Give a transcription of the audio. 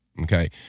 Okay